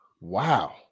wow